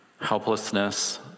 helplessness